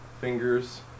fingers